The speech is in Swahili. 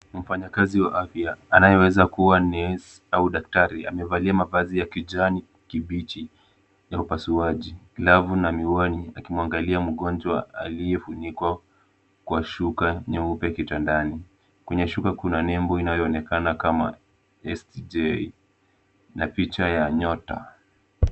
Mfanyakazi wa afya anayeweza kuwa nesi au daktari amevalia mavazi ya kijani kibichi ya upasuaji, glavu na miwani akimwangalia mgonjwa aliyefunikwa kwa shuka nyeupe kitandani. Kwenye shuka kuna nembo inayoonekana kama STJ na picha ya nyota.